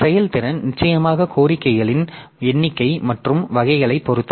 செயல்திறன் நிச்சயமாக கோரிக்கையின் எண்ணிக்கை மற்றும் வகைகளைப் பொறுத்தது